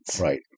Right